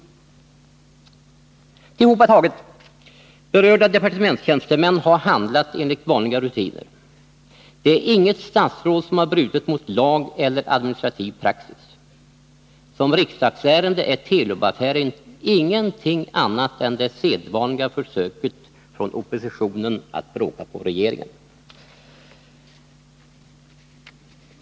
Tillhopataget har berörda departementstjänstemän handlat enligt vanliga rutiner. Inget statsråd har brutit mot lag eller administrativ praxis. Som riksdagsärende är Telub-affären ingenting annat än det sedvanliga försöket från oppositionen att bråka på regeringen.